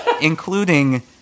including